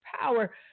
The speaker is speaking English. power